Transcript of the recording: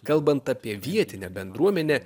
kalbant apie vietinę bendruomenę